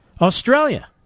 Australia